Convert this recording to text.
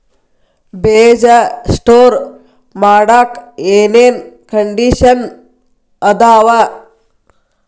ಬೇಜ ಸ್ಟೋರ್ ಮಾಡಾಕ್ ಏನೇನ್ ಕಂಡಿಷನ್ ಅದಾವ?